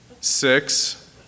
six